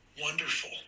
wonderful